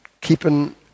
keeping